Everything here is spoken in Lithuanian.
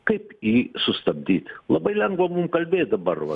kaip jį sustabdyt labai lengva kalbėti dabar vat